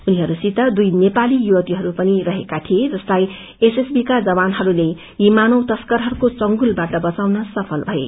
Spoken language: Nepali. उनीहरूसित दुई नेपाली युवतीहरू पनि रहेका थिए जसलाई एसएसबी का जवानहरूले यी मानव तश्करहरूको चंगुलबाट बचाउन सफल भए